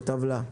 בטבלה.